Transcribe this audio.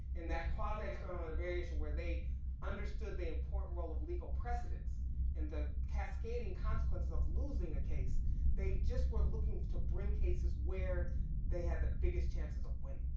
in that quasi experimental and variation where they understood the important role of legal precedence and the cascading consequences of losing a case they just were looking to bring cases where they had the biggest chances of winning.